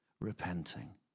repenting